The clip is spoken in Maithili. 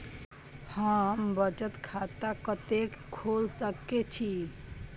हम बचत खाता कते खोल सके छी?